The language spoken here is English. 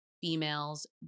females